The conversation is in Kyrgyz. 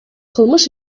кылмыш